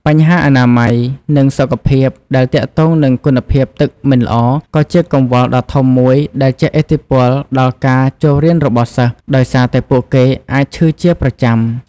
បញ្ហាអនាម័យ និងសុខភាពដែលទាក់ទងនឹងគុណភាពទឹកមិនល្អ ក៏ជាកង្វល់ដ៏ធំមួយដែលជះឥទ្ធិពលដល់ការចូលរៀនរបស់សិស្ស ដោយសារតែពួកគេអាចឈឺជាប្រចាំ។